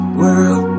world